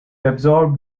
absorbed